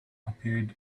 appeared